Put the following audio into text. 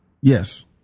Yes